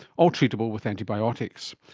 all treatable with antibiotics.